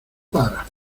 para